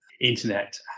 internet